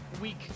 week